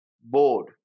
board